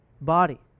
body